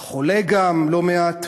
הוא היה חולה גם לא מעט.